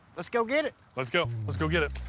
let's go get it. let's go. let's go get it.